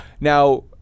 Now